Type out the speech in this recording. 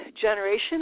generation